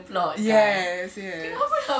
yes yes